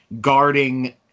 guarding